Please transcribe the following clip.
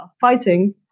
fighting